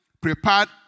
prepared